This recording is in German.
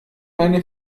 eine